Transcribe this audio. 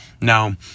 Now